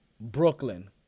Brooklyn